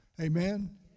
Amen